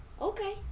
Okay